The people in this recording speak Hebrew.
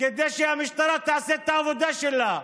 כדי שהמשטרה תעשה את העבודה שלה,